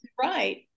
right